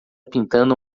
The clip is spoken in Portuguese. pintando